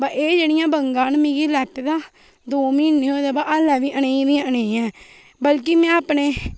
एह् जेह्ड़ियां बंगा न मिगी लैते दा दो म्हीने होए दे पर आह्ले बी अनेई दियां अनेईयां न बल्की मैं अपने